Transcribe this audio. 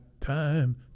time